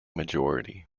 majority